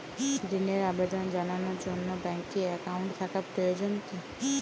ঋণের আবেদন জানানোর জন্য ব্যাঙ্কে অ্যাকাউন্ট থাকা প্রয়োজন কী?